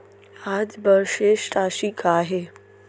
आज बर शेष राशि का हे?